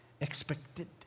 expected